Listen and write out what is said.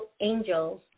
angels